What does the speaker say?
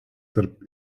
tarp